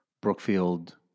Brookfield